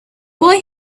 boy